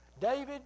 David